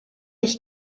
ich